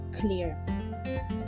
clear